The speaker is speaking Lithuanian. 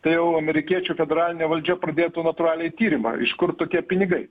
tai jau amerikiečių federalinė valdžia pradėtų natūraliai tyrimą iš kur tokie pinigai